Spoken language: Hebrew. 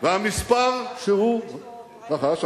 והמספר שהוא רכש,